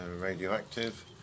radioactive